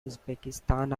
uzbekistan